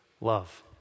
love